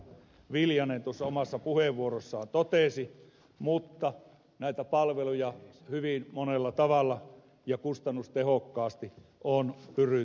viljanen omassa puheenvuorossaan totesi mutta näitä palveluja hyvin monella tavalla ja kustannustehokkaasti on pyritty toteuttamaan